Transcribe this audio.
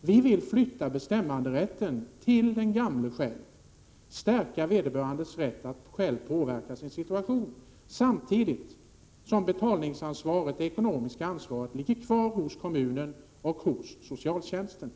Vi vill flytta bestämmanderätten till den gamla själv, stärka vederbörandes rätt att själv påverka sin situation samtidigt som det ekonomiska ansvaret ligger kvar hos kommunen och hos socialtjänsten.